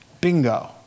Bingo